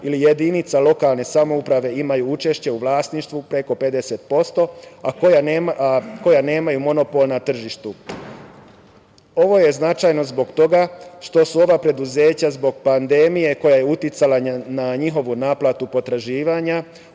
ili jedinica lokalne samouprave imaju učešće u vlasništvu preko 50%, a koja nemaju monopol na tržištu. Ovo je značajno zbog toga što su ova preduzeća zbog pandemije koja je uticala na njihovu naplatu potraživanja